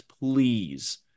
please